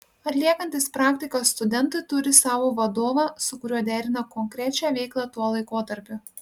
atliekantys praktiką studentai turi savo vadovą su kuriuo derina konkrečią veiklą tuo laikotarpiu